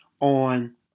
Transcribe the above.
on